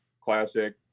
classic